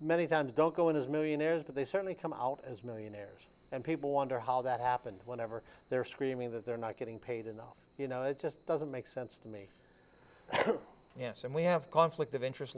many times don't go in as millionaires but they certainly come out as millionaires and people wonder how that happened whenever they're screaming that they're not getting paid enough you know it just doesn't make sense to me and we have conflict of interest